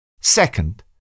Second